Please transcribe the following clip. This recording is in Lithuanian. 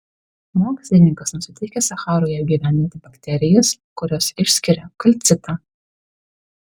mokslininkas nusiteikęs sacharoje apgyvendinti bakterijas kurios išskiria kalcitą